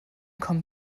kommt